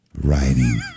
Writing